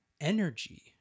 energy